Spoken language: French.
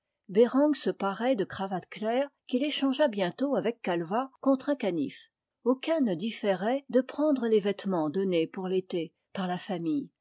bereng se parait de cravates claires qu'il échangea bientôt avec calvat contre un canif aucun ne différait de prendre les vêtements donnés pour l'été par la famille